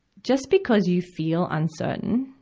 just because you feel uncertain,